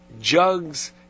jugs